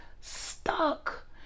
stuck